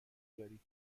داری